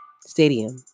Stadium